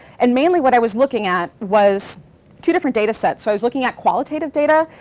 and mainly what i was looking at was two different data sets. so i was looking at qualitative data,